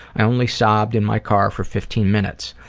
i only sobbed in my car for fifteen minutes.